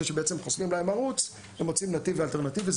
שחוסמים להם ערוץ - הם מוצאים נתיב אלטרנטיבי.